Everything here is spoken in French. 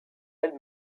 elle